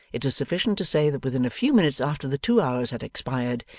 it is sufficient to say that within a few minutes after the two hours had expired,